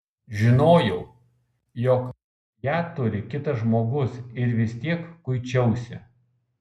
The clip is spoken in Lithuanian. žinojau jog ją turi kitas žmogus ir vis tiek kuičiausi